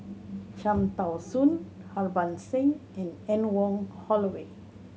Cham Tao Soon Harbans Singh and Anne Wong Holloway